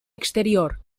exterior